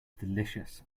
delicious